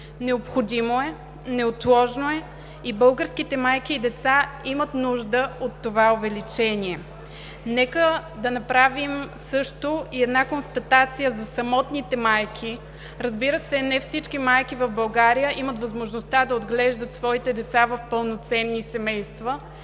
Необходимо е, неотложно е, и българските майки и деца имат нужда от това увеличение. Нека да направим също и една констатация за самотните майки. Разбира се, не всички майки в България имат възможността да отглеждат своите деца в пълноценни семейства.